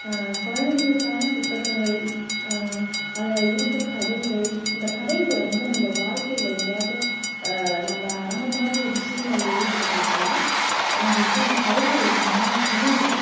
குழந்தைங்களுக்கான புத்தகங்கள் அதில் இருக்கற கதைகள் அந்த கதைகளை வந்து நம்ம வாழ்க்கையில் எங்கேயாவது நம்ம அந்த மாதிரி ஒரு சூழல் ஏற்பட்டுச்சின்னால் அவங்களுக்கு அந்த கதைகள் நியா நினைவூட்டும்